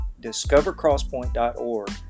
discovercrosspoint.org